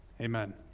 Amen